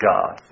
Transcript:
God